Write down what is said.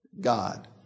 God